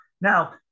Now